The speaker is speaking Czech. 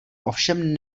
ovšem